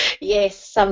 Yes